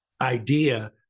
idea